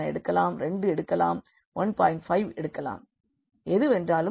5 எடுக்கலாம் எது வேண்டுமானாலும் எடுக்கலாம்